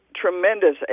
tremendous